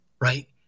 right